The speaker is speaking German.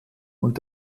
und